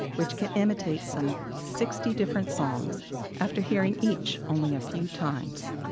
which can imitate some sixty different songs after hearing each only a few times.